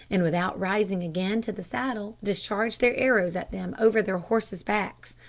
and without rising again to the saddle, discharge their arrows at them over their horses' backs,